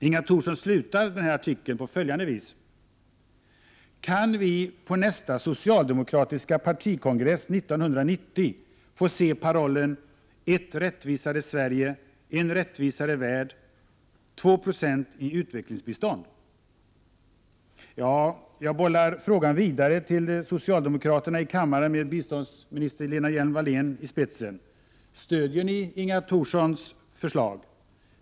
Inga Thorsson slutar sin artikel på följande vis: ”Kan vi på nästa socialdemokratiska partikongress, 1990, få se parollen "Ett rättvisare Sverige, en rättvisare värld. Två procent i utvecklingsbistånd.” ” Jag bollar frågan vidare till socialdemokraterna i kammaren med biståndsminister Lena Hjelm-Wallén i spetsen. Stödjer ni Inga Thorssons förslag?